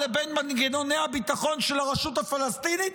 לבין מנגנוני הביטחון של הרשות הפלסטינית,